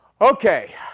Okay